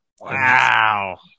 Wow